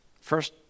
First